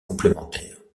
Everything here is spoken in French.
complémentaires